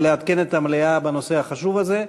אבל לעדכן את המליאה בנושא החשוב הזה.